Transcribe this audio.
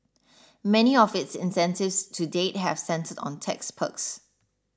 many of its incentives to date have centred on tax perks